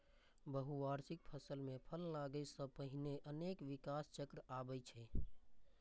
बहुवार्षिक फसल मे फल लागै सं पहिने अनेक विकास चक्र आबै छै